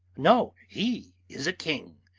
no! he is a king,